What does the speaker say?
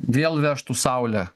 vėl vežtų saulę